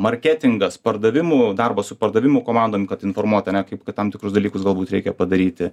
marketingas pardavimų darbas su pardavimų komandom kad informuot ane kaip kad tam tikrus dalykus galbūt reikia padaryti